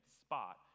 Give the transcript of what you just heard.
spot